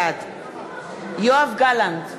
בעד יואב גלנט,